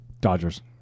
Dodgers